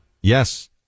Yes